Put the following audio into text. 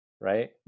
right